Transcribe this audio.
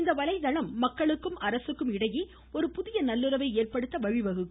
இந்த வலைதளம் மக்களுக்கும் அரசுக்கும் இடையே ஒரு புதிய நல்லுறவை ஏற்படுத்த வழிவகுக்கும்